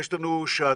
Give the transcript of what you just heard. יש לנו שעתיים,